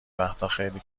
وقتاخیلی